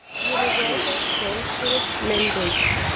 universal council mandate.